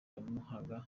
yamuhaga